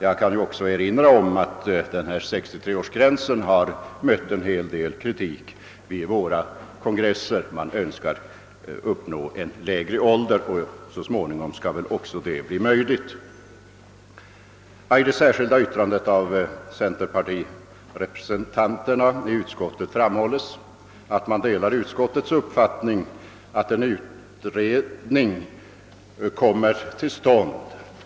Jag kan också erinra om att förslaget om denna 63-årsgräns har mött en hel del kritik vid våra kongresser. Man önskar uppnå en överenskommelse om ännu lägre pensionsålder, och så småningom skall väl detta också bli möjligt. I det särskilda yttrandet av centerpartirepresentanterna i utskottet framhålles, att man delar utskottets uppfattning, att en utredning bör komma till stånd.